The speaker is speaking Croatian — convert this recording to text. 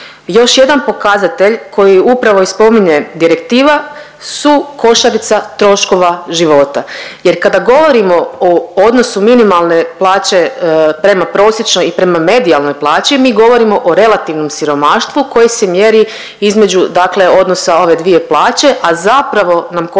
još jedan pokazatelj koji upravo i spominje direktiva su košarica troškova života jer kada govorimo o odnosu minimalne plaće prema prosječnoj i prema medijalnoj plaći, mi govorimo o relativnom siromaštvu koje se mjeri između odnosa ove dvije plaće, a zapravo nam košarica